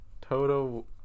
Toto